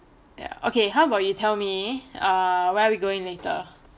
ya okay how about you tell me ah where are we going later